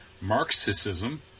Marxism